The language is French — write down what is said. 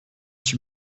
suis